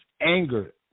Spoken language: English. anger